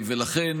לכן,